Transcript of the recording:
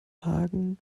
hagen